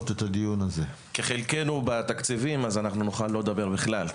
כחלקנו בתקציבים נוכל לא לדבר בכלל,